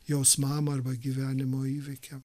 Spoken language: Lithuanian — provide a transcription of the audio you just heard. jos mamą arba gyvenimo įvykį